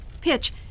Pitch